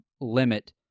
limit